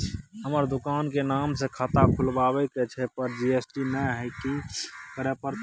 हमर दुकान के नाम से खाता खुलवाबै के छै पर जी.एस.टी नय हय कि करे परतै?